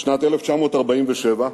בשנת 1947,